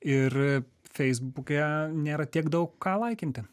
ir feisbuke nėra tiek daug ką laikinti